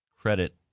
credit